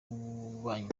ububanyi